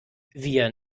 wir